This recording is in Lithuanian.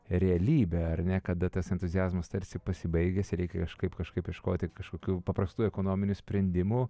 realybe ar ne kada tas entuziazmas tarsi pasibaigęs reikia kažkaip kažkaip ieškoti kažkokių paprastų ekonominių sprendimų